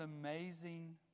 amazing